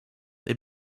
they